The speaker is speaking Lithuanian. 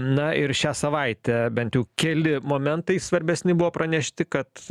na ir šią savaitę bent jau keli momentai svarbesni buvo pranešti kad